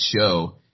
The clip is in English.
show